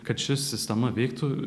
kad ši sistema veiktų